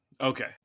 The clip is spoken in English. Okay